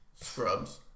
Scrubs